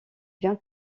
bien